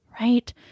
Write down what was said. right